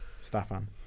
Stefan